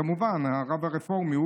כמובן, הרב הרפורמי.